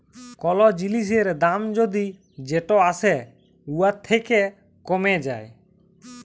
call জিলিসের দাম যদি যেট আসে উয়ার থ্যাকে কমে যায়